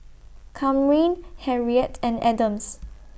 Kamryn Harriett and Adams